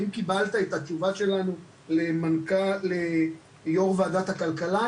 האם קיבלת את התשובה שלנו ליושב ראש וועדת הכלכלה?